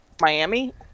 Miami